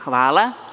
Hvala.